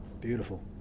beautiful